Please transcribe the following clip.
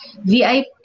VIP